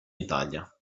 italia